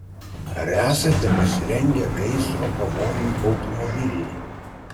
ar esate pasirengę gaisro pavojui automobilyje